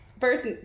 First